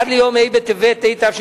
עד ליום ה' בטבת התשס"א,